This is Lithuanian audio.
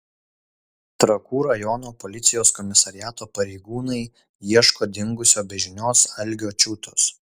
trakų rajono policijos komisariato pareigūnai ieško dingusio be žinios algio čiutos